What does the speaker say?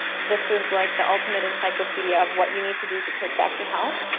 this is like the ultimate encyclopedia of what you need to do to take back your health.